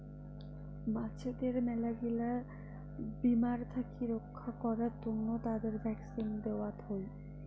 মাছদের মেলাগিলা বীমার থাকি রক্ষা করাং তন্ন তাদের ভ্যাকসিন দেওয়ত হই